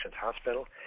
Hospital